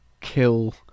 kill